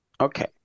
Okay